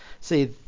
See